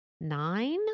nine